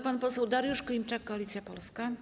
Pan poseł Dariusz Klimczak, Koalicja Polska.